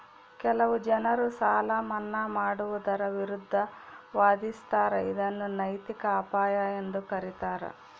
ಕೆಲವು ಜನರು ಸಾಲ ಮನ್ನಾ ಮಾಡುವುದರ ವಿರುದ್ಧ ವಾದಿಸ್ತರ ಇದನ್ನು ನೈತಿಕ ಅಪಾಯ ಎಂದು ಕರೀತಾರ